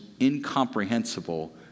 incomprehensible